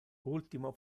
ultimo